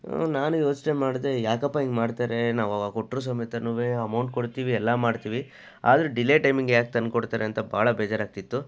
ನಾನು ಯೋಚನೆ ಮಾಡಿದೆ ಯಾಕಪ್ಪಾ ಹಿಂಗೆ ಮಾಡ್ತಾರೆ ನಾವು ಆವಾಗ ಕೊಟ್ಟರೂ ಸಮೇತನು ಅಮೌಂಟ್ ಕೊಡ್ತೀವಿ ಎಲ್ಲ ಮಾಡ್ತೀವಿ ಆದರೂ ಡಿಲೇ ಟೈಮಿಂಗ್ ಯಾಕೆ ತಂದ್ಕೊಡ್ತಾರೆ ಅಂತ ಭಾಳ ಬೇಜಾರಾಗ್ತಿತ್ತು